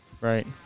Right